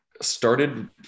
started